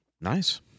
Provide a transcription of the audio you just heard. Nice